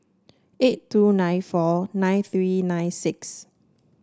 eight two nine four nine three nine six